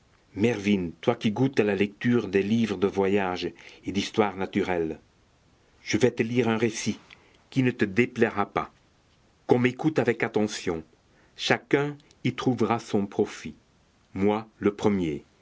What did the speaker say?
mervyn toi qui goûtes la lecture des livres de voyages et d'histoire naturelle je vais te lire un récit qui ne te déplaira pas qu'on m'écoute avec attention chacun y trouvera son profit moi le premier